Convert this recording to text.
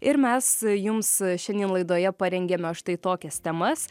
ir mes jums šiandien laidoje parengėme štai tokias temas